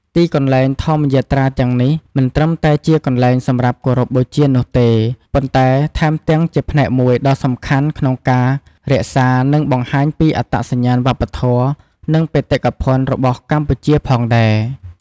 ទីកន្លែងធម្មយាត្រាទាំងនេះ មិនត្រឹមតែជាកន្លែងសម្រាប់គោរពបូជានោះទេ ប៉ុន្តែថែមទាំងជាផ្នែកមួយដ៏សំខាន់ក្នុងការរក្សា និងបង្ហាញពីអត្តសញ្ញាណវប្បធម៌ និងបេតិកភណ្ឌរបស់កម្ពុជាផងដែរ។